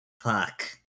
fuck